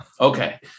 Okay